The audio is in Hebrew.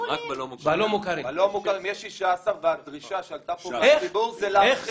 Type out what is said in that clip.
בלא-מוכרים יש 16 והדרישה שעלתה פה זה להרחיב.